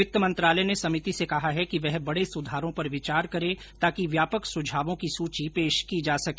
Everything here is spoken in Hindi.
वित्त मंत्रालय ने समिति से कहा है कि वह बड़े सुधारों पर विचार करे ताकि व्यापक सुझावों की सूची पेश की जा सके